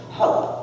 hope